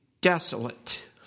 desolate